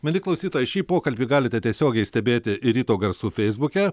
mieli klausytojai šį pokalbį galite tiesiogiai stebėti ir ryto garsų feisbuke